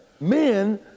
Men